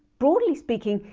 broadly speaking,